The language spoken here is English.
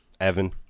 Evan